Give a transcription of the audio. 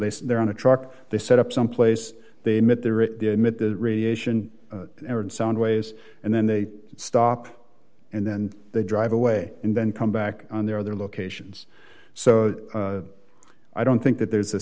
sit there on a truck they set up someplace they met there at the radiation and sound ways and then they stop and then they drive away and then come back on their other locations so i don't think that there's a